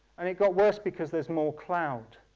and it got worse because there's more cloud.